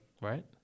right